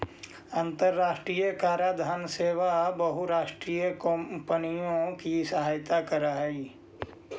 अन्तराष्ट्रिय कराधान सेवा बहुराष्ट्रीय कॉम्पनियों की सहायता करअ हई